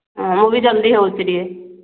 ମୁଁ ବି ଜଲ୍ଦି ହେଉଛି ଟିକେ